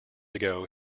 ago